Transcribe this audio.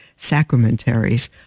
sacramentaries